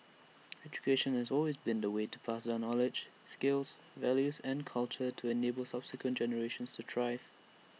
education has always been the way to pass down knowledge skills values and culture to enable subsequent generations to thrive